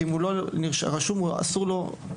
כי אם הוא לא רשום אסור לו לאמן.